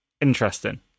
Interesting